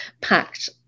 packed